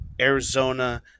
Arizona